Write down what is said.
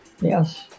Yes